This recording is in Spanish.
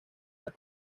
las